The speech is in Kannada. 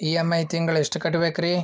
ಇ.ಎಂ.ಐ ತಿಂಗಳ ಎಷ್ಟು ಕಟ್ಬಕ್ರೀ?